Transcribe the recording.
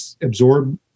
absorb